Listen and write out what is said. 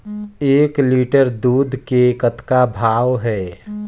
एक लिटर दूध के कतका भाव हे?